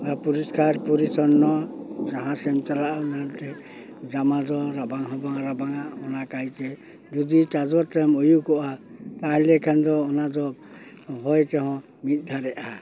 ᱟᱨ ᱯᱚᱨᱤᱥᱠᱟᱨ ᱯᱚᱨᱤᱪᱪᱷᱚᱱᱱᱚ ᱡᱟᱦᱟᱥᱮᱢ ᱪᱟᱞᱟᱜᱼᱟ ᱚᱱᱟᱛᱮ ᱡᱟᱢᱟ ᱫᱚ ᱨᱟᱵᱟᱝ ᱦᱚᱸ ᱵᱟᱝ ᱨᱟᱵᱟᱝᱟ ᱚᱱᱟ ᱠᱟᱭᱛᱮ ᱡᱩᱫᱤ ᱪᱟᱫᱚᱨᱛᱮᱢ ᱩᱭᱩ ᱠᱚᱜᱼᱟ ᱛᱟᱦᱚᱞᱮ ᱠᱷᱟᱱᱫᱚ ᱚᱱᱟᱫᱚ ᱦᱚᱭᱛᱮᱦᱚᱸ ᱢᱤᱫ ᱫᱷᱟᱨᱮᱜᱼᱟ